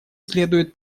следует